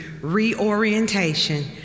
reorientation